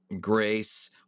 grace